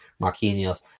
Marquinhos